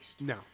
no